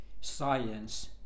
science